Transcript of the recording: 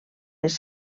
les